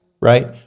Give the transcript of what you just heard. right